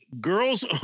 Girls